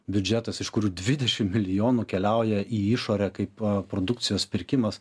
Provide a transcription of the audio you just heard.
biudžetas iš kurių dvidešim milijonų keliauja į išorę kaip produkcijos pirkimas